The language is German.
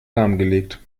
lahmgelegt